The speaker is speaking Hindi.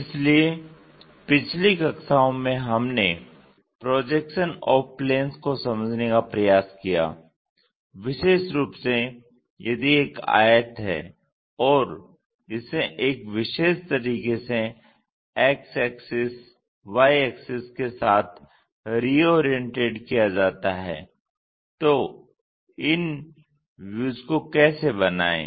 इसलिए पिछली कक्षाओं में हम प्रोजेक्शन ऑफ प्लेंस को समझने का प्रयास किया विशेष रूप से यदि एक आयत है और इसे एक विशेष तरीके से X axis Y axis के साथ रिओरिएन्टेड किया जाता है तो इन व्यूज को कैसे बनाएं